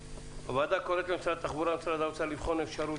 הוועדה קוראת למשרד התחבורה ומשרד האוצר לבחון אפשרות